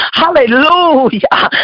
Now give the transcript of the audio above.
hallelujah